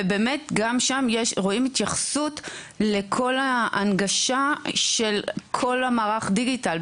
ובאמת גם שם רואים התייחסות לכל ההנגשה של כל מערך הדיגיטל,